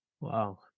Wow